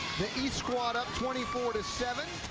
the east squad up twenty four seven.